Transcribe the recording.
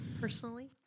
personally